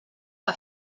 que